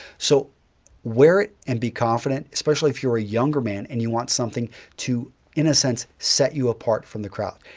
so wear it and be confident, especially if you're a younger man and you want something to in a sense set you apart from the crowd.